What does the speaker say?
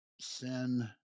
sin